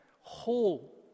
whole